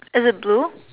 is it blue